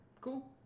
Cool